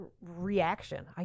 reaction